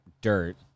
dirt